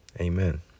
amen